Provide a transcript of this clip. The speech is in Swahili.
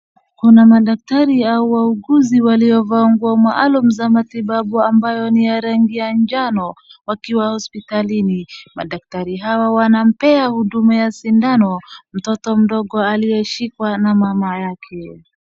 Kuna madaktari au wauguzi waliovaa nguo maalumu za matibabu ambayo ni ya rangi ya jano wakiwa hospitalini. Madaktari hawa wanampea huduma ya sindano mtoto mdongo aliyeshikwa na mama yake.